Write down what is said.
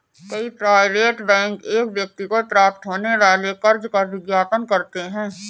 कई private bank एक व्यक्ति को प्राप्त होने वाले कर्ज का विज्ञापन करते हैं